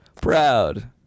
Proud